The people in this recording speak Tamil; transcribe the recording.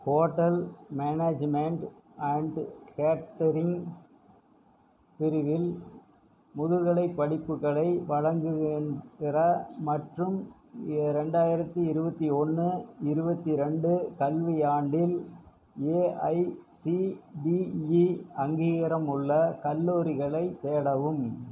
ஹோட்டல் மேனேஜ்மெண்ட் அண்டு கேட்டரிங் பிரிவில் முதுகலைப் படிப்புகளை வழங்குகின்ற மற்றும் இரண்டாயிரத்தி இருபத்தி ஒன்று இருபத்தி ரெண்டு கல்வியாண்டில் ஏஐசிடிஇ அங்கீகாரமுள்ள கல்லூரிகளைத் தேடவும்